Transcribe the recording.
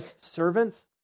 servants